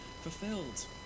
fulfilled